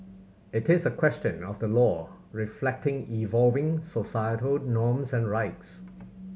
it is a question of the law reflecting evolving societal norms and rights